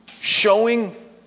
Showing